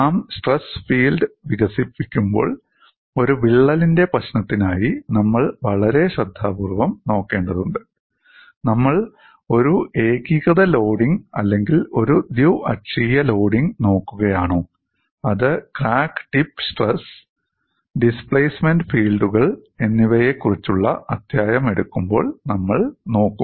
നാം stress field സമ്മർദ തലം വികസിപ്പിക്കുമ്പോൾ ഒരു വിള്ളലിന്റെ പ്രശ്നത്തിനായി നമ്മൾ വളരെ ശ്രദ്ധാപൂർവ്വം നോക്കേണ്ടതുണ്ട് നമ്മൾ ഒരു ഏകീകൃത ലോഡിംഗ് അല്ലെങ്കിൽ ഒരു ദ്വി അക്ഷീയ ലോഡിംഗ് നോക്കുകയാണോ അത് ക്രാക്ക് ടിപ്പ് സ്ട്രെസ് വിടവിന്റെ അറ്റത്തുള്ള സമ്മർദം ഡിസ്പ്ലേസ്മെൻറ് ഫീൽഡുകൾ സ്ഥാനമാറ്റ തലങ്ങൾ എന്നിവയെക്കുറിച്ചുള്ള അധ്യായം എടുക്കുമ്പോൾ നമ്മൾ നോക്കും